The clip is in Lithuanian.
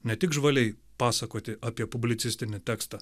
ne tik žvaliai pasakoti apie publicistinį tekstą